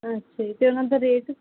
ਅੱਛਾ ਜੀ ਅਤੇ ਉਨ੍ਹਾਂ ਦਾ ਰੇਟ